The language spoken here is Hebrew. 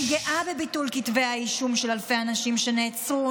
אני גאה בביטול כתבי האישום של אלפי אנשים שנעצרו,